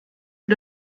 für